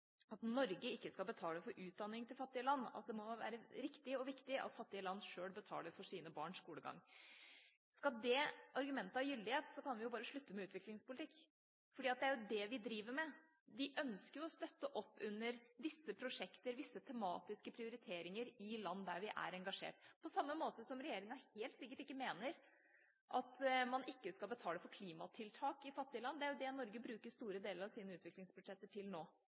at Norge ikke skal betale for utdanning til fattige land, at det må være riktig og viktig at fattige land selv betaler for sine barns skolegang. Skal det argumentet ha gyldighet, kan vi bare slutte med utviklingspolitikk, for det er jo det vi driver med. Vi ønsker å støtte opp under visse prosjekter og visse tematiske prioriteringer i land der vi er engasjert, på samme måte som regjeringa helt sikkert ikke mener at man ikke skal betale for klimatiltak i fattige land. Det er jo det Norge bruker store deler av sine utviklingsbudsjetter til nå.